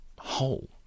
Whole